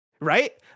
Right